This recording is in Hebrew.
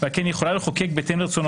ועל כן היא יכולה לחוקק בהתאם לרצונותיה,